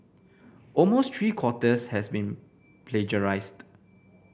almost three quarters has been plagiarised